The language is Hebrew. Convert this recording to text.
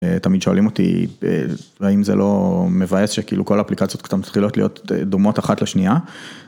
תמיד שואלים אותי האם זה לא מבאס שכאילו כל אפליקציות קצת מתחילות להיות דומות אחת לשנייה.